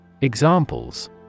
Examples